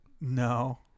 No